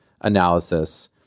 analysis